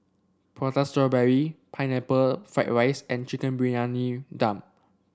Prata Strawberry Pineapple Fried Rice and Chicken Briyani Dum